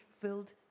filled